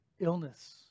Illness